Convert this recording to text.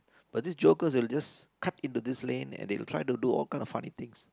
but these jokers will just cut into this lane and they will try to do all kind of funny things